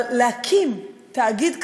אבל להקים תאגיד כזה,